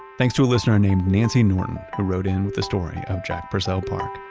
thanks to a listener named nancy norton who wrote in with the story of jack purcell park